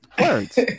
words